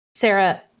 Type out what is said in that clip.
Sarah